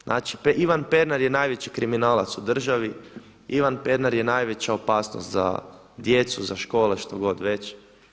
Znači Ivan Pernar je najveći kriminalac u državi, Ivan Penar je najveća opasnost za djecu za škole što god već.